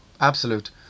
absolute